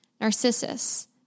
Narcissus